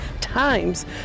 times